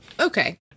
Okay